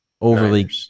overly